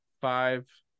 five